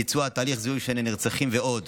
ביצוע תהליך זיהוי של הנרצחים ועוד.